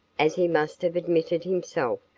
as he must have admitted himself,